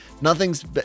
Nothing's